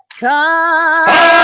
come